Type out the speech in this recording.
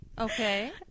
Okay